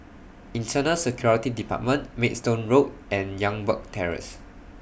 Internal Security department Maidstone Road and Youngberg Terrace